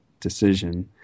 decision